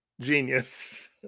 genius